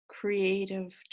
creative